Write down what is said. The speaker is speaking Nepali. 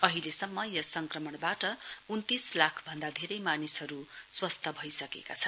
अहिलेसम्म यस संक्रमणबाट उन्तीस लाखभन्दा धेरै मानिसहरू स्वस्थ्य भइसकेका छन्